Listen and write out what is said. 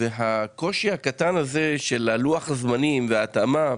והקושי הקטן הזה של לוח הזמנים וההתאמה,